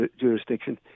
jurisdiction